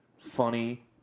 funny